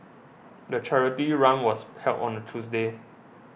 the charity run was held on a Tuesday